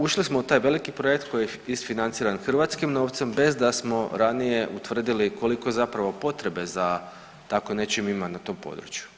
Ušli smo u taj veliki projekt koji je isfinanciran hrvatskim novcem bez da smo ranije utvrdili koliko je zapravo potrebe za tako nečim ima na tom području.